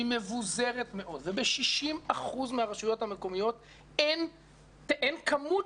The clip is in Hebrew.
היא מבוזרת מאוד וב-60% מהרשויות המקומיות אין כמות